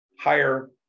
higher